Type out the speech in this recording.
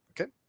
okay